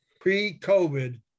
Pre-COVID